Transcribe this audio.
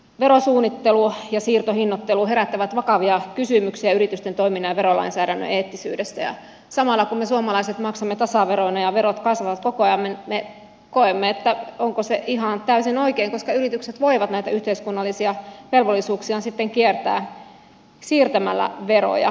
verosuunnittelu ja siirtohinnoittelu herättävät vakavia kysymyksiä yritysten toiminnan ja verolainsäädännön eettisyydestä ja samalla kun me suomalaiset maksamme tasaveroja ja verot kasvavat koko ajan me koemme että onko se ihan täysin oikein koska yritykset voivat näitä yhteiskunnallisia velvollisuuksiaan sitten kiertää siirtämällä veroja